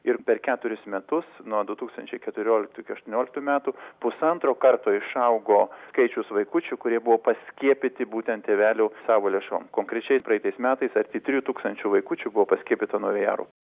ir per keturis metus nuo du tūkstančiai keturioliktų iki aštuonioliktų metų pusantro karto išaugo skaičius vaikučių kurie buvo paskiepyti būtent tėvelių savo lėšom konkrečiai praeitais metais arti trijų tūkstančių vaikučių buvo paskiepyta nuo vėjaraupių